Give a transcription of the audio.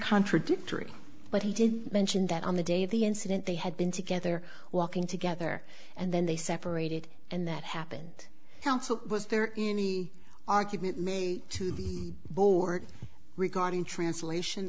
contradictory but he did mention that on the day of the incident they had been together walking together and then they separated and that happened counsel was there any argument made to the board regarding translation